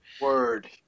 Word